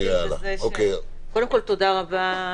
קודם כל, תודה רבה,